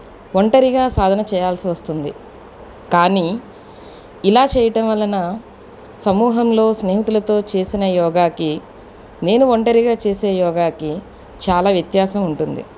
ఒంటరిగా సాధన చేయాల్సి వస్తుంది కానీ ఇలా చేయటం వలన సమూహంలో స్నేహితులతో చేసిన యోగాకి నేను ఒంటరిగా చేసే యోగాకి చాలా వ్యత్యాసం ఉంటుంది